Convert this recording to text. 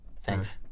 Thanks